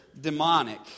demonic